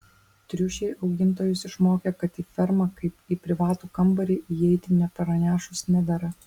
triušiai augintojus išmokė kad į fermą kaip į privatų kambarį įeiti nepranešus nedera